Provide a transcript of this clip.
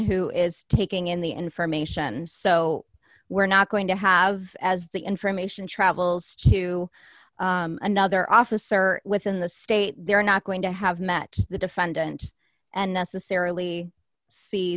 who is taking in the information so we're not going to have as the information travels to another officer within the state they are not going to have matched the defendant and necessarily see